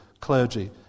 clergy